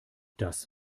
das